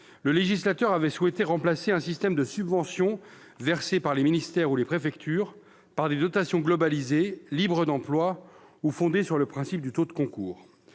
le législateur avait souhaité remplacer un système de subventions versées par les ministères ou par les préfectures par des dotations globalisées, libres d'emploi ou fondées sur le principe du taux de concours.